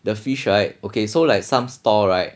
the fish right okay so like some stall right